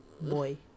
boy